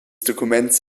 dokuments